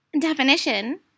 Definition